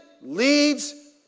leads